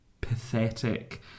pathetic